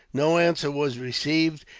no answer was received,